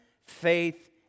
faith